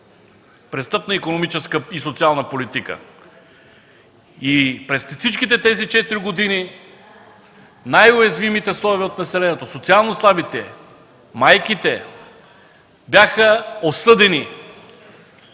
престъпна икономическа и социална политика. През всичките тези четири години най-уязвимите слоеве от населението, социално слабите, майките бяха осъдени